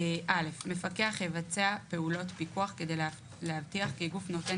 2כו. מפקח יבצע פעולות פיקוח כדי להבטיח כי גוף נותן